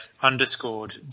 underscored